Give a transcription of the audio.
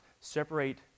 separate